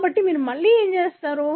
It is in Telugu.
కాబట్టి మీరు తరువాత ఏమి చేస్తారు